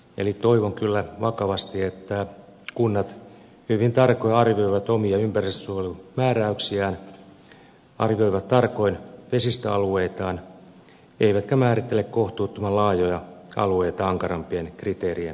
eli toivon kyllä vakavasti että kunnat hyvin tarkoin arvioivat omia ympäristönsuojelumääräyksiään arvioivat tarkoin vesistöalueitaan eivätkä määrittele kohtuuttoman laajoja alueita ankarampien kriteerien alueiksi